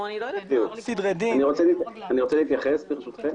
אני רוצה להתייחס בקצרה.